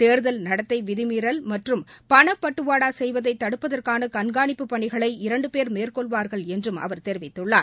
தேர்தல் நடத்தை விதிமீறல் மற்றும் பணப்பட்டுவாடா செய்வதை தடுப்பதற்கான கண்காணிப்பு பணிகளை இரண்டு பேர் மேற்கொள்வார்கள் என்றும் அவர் தெரிவித்துள்ளார்